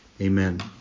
Amen